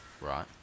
Right